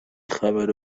خبر